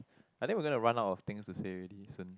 I think we gonna run out of things to say already soon